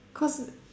cause